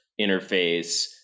interface